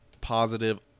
positive